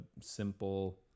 simple